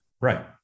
Right